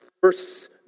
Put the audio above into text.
verse